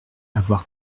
avoir